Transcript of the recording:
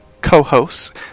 Co-hosts